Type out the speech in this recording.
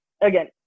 again